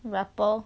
wrapper